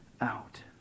out